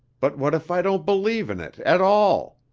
but what if i don't believe in it at all!